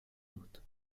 بود